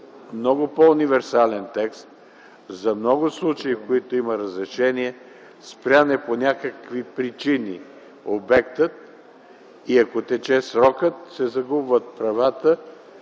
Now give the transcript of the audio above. много по-универсален текст за много случаи, в които има разрешение, обектът е спрян по някакви причини и ако тече срокът, се загубват правата